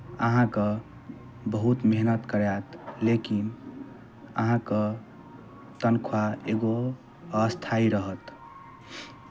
अहाँके बहुत मेहनत कराएत लेकिन अहाँके तनख्वाह एगो अस्थाइ रहत